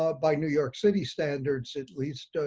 ah by new york city standards at least,